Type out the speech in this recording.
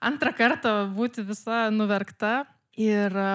antrą kartą būti visa nuverkta ir